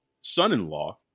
son-in-law